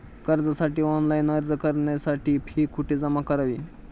कर्जासाठी ऑनलाइन अर्ज करण्यासाठी फी कुठे जमा करावी?